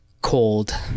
cold